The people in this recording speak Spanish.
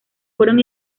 fueron